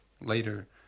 later